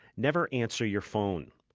never answer your phone.